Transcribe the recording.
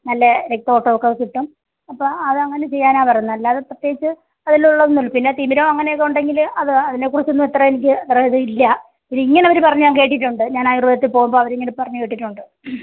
നല്ല രക്തയോട്ടവുമൊക്കെ കിട്ടും അപ്പം അത് അങ്ങനെ ചെയ്യാനാണ് പറഞ്ഞത് അല്ലാതെ പ്രത്യേകിച്ചു അതിലുളളതൊന്നും പിന്ന തിമിരവും അങ്ങനെയൊക്കെ ഉണ്ടെങ്കിൽ അത് അതിനെ കുറിച്ചൊന്നും അത്ര എനിക്ക് പറയാൻ ഇതില്ല പിന്നെ ഇങ്ങനെ അവർ പറഞ്ഞു ഞാൻ കേട്ടിട്ടുണ്ട് ഞാൻ ആയുർവേദത്തിൽ പോവുമ്പോൾ അവർ ഇങ്ങനെ പറഞ്ഞു കേട്ടിട്ടുണ്ട്